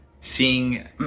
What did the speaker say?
seeing